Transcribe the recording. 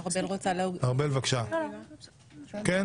ארבל בבקשה כן?